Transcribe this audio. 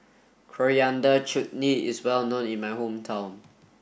Coriander Chutney is well known in my hometown